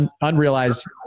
unrealized